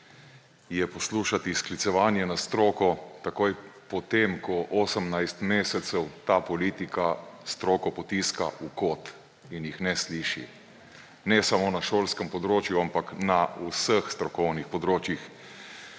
je poslušati sklicevanje na stroko takoj po tem, ko 18 mesecev ta politika stroko potiska v kot in jih ne sliši. Ne samo na šolskem področju, ampak na vseh strokovnih področjih,